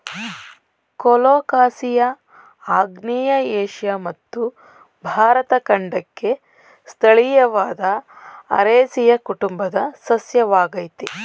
colocasia ಆಗ್ನೇಯ Asia ಮತ್ತು ಭಾರತ ಖಂಡಕ್ಕೆ ಸ್ಥಳೀಯವಾದ ಅರೇಸಿಯ ಕುಟುಂಬದ ಸಸ್ಯವಾಗಯ್ತೆ